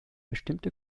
bestimmte